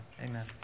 Amen